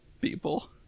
people